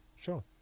sure